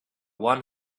one